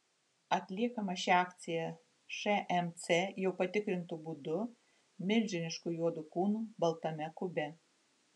atliekama ši akcija šmc jau patikrintu būdu milžinišku juodu kūnu baltame kube